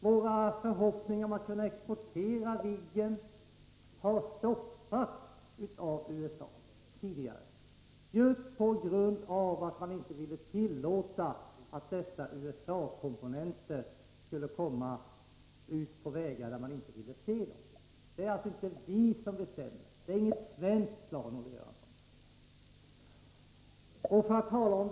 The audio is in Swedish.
Våra förhoppningar om att kunna exportera Viggen har stoppats av USA just på grund av att amerikanarna inte ville tillåta USA-komponenterna att komma ut på vägar där man inte ville ha dem. Det är alltså inte vi som bestämmer. Det är inget svenskt plan, Olle Göransson.